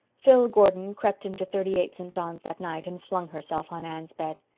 phil gordon crept into thirty-eight, st. john's, that night and flung herself on anne's bed.